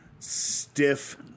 Stiff